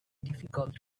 difficult